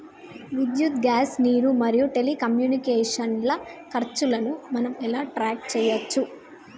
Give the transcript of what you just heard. విద్యుత్ గ్యాస్ నీరు మరియు టెలికమ్యూనికేషన్ల ఖర్చులను మనం ఎలా ట్రాక్ చేయచ్చు?